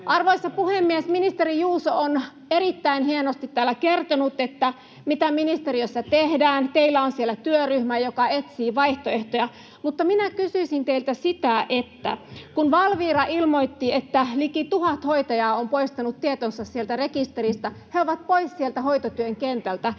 Arvoisa puhemies! Ministeri Juuso on erittäin hienosti täällä kertonut, mitä ministeriössä tehdään. Teillä on siellä työryhmä, joka etsii vaihtoehtoja. Mutta minä kysyisin teiltä: Kun Valvira ilmoitti, että liki tuhat hoitajaa on poistanut tietonsa sieltä rekisteristä ja he ovat poissa sieltä hoitotyön kentältä,